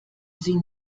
sie